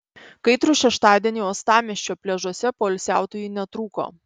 kaitrų šeštadienį uostamiesčio pliažuose poilsiautojų netrūko